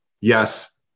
yes